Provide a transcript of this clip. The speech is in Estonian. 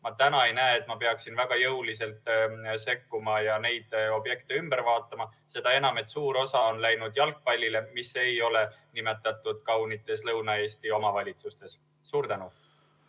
vastu ma ei näe, et peaksin väga jõuliselt sekkuma ja neid objekte ümber vaatama, seda enam, et suur osa rahast on läinud jalgpallile, mis ei ole seotud nimetatud kaunite Lõuna-Eesti omavalitsustega. (Kaugühendus)